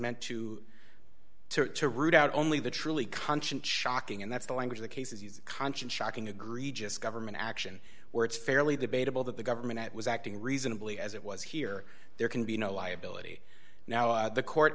meant to to to root out only the truly conscient shocking and that's the language the cases use conscient shocking agree just government action where it's fairly debatable that the government it was acting reasonably as it was here there can be no liability now the court